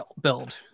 build